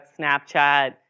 Snapchat